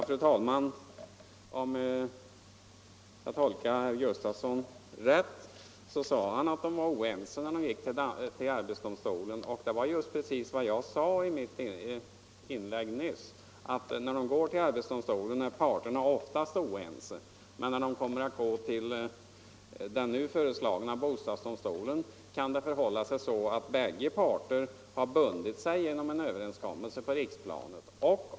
Fru talman! Om jag tolkade herr Gustafsson i Stockholm rätt sade han att parterna var oense när de gick till arbetsdomstolen, och det var precis vad jag också sade i mitt inlägg nyss. När parterna går till arbetsdomstolen är de alltså oftast oense, men när de kommer att gå till den nu föreslagna bostadsdomstolen kan det förhålla sig så, att bägge parter har bundit sig genom en överenskommelse på riksplanet.